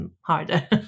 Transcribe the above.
harder